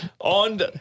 On